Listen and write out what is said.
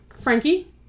Frankie